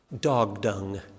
dog-dung